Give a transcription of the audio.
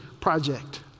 project